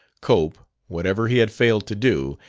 cope, whatever he had failed to do,